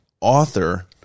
author